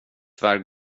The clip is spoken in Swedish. tyvärr